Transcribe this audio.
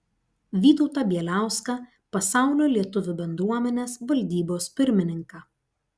vytautą bieliauską pasaulio lietuvių bendruomenės valdybos pirmininką